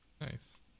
Nice